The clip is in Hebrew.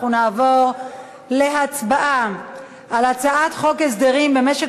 נעבור להצבעה על הצעת חוק הסדרים במשק